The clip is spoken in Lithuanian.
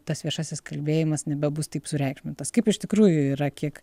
tas viešasis kalbėjimas nebebus taip sureikšmintas kaip iš tikrųjų yra kiek